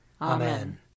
Amen